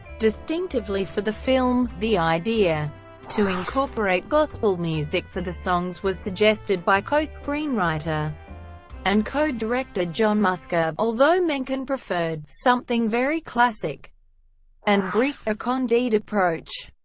distinctively for the film, the idea to incorporate gospel music for the songs was suggested by co-screenwriter and co-director john musker, although menken preferred something very classic and greek a candide approach.